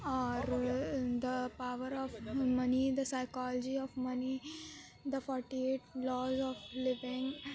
اور the power of money the psychology of money the forty eight laws of لبین